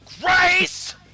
Grace